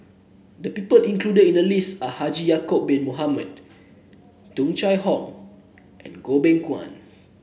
the people included in the list are Haji Ya'acob Bin Mohamed Tung Chye Hong and Goh Beng Kwan